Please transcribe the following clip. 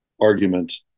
argument